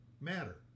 matter